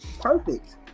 perfect